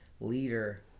leader